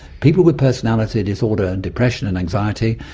people with personality disorder and depression and anxiety,